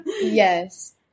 Yes